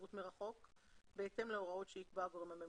כשירות מרחוק בהתאם להוראות שיקבע הגורם הממונה.